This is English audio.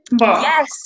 Yes